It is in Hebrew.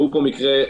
זו אכן ועדת